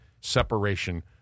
separation